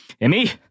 Emmy